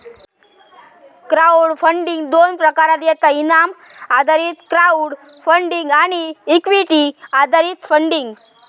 crowd funding दोन प्रकारात येता इनाम आधारित क्राउड फंडिंग आणि इक्विटी आधारित फंडिंग